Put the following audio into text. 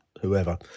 whoever